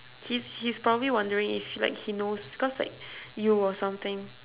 he's he's probably wondering if like he knows cause like you or something